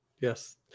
yes